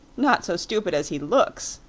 not so stupid as he looks!